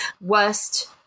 worst